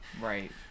right